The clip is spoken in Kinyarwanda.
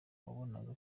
wabonaga